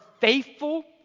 faithful